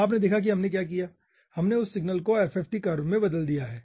तो आपने देखा कि हमने क्या किया हमने उस सिग्नल को FFT कर्व में बदल दिया है